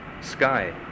Sky